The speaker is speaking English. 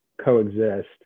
coexist